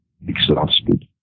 exhausted